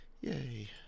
Yay